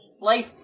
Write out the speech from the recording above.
life